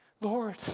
Lord